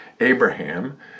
abraham